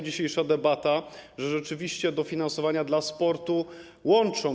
Dzisiejsza debata pokazuje, że rzeczywiście dofinansowania dla sportu łączą.